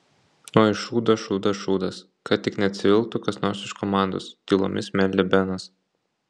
oi šūdas šūdas šūdas kad tik neatsivilktų kas nors iš komandos tylomis meldė benas